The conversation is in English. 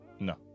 No